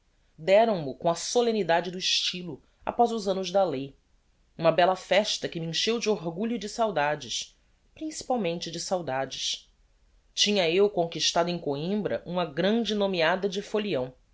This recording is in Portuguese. deram mo com a solemnidade do estylo após os annos da lei uma bella festa que me encheu de orgulho e de saudades principalmente de saudades tinha eu conquistado em coimbra uma grande nomeada de folião